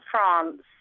France